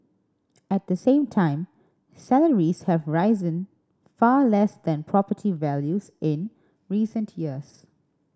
at the same time salaries have risen far less than property values in recent years